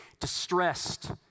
distressed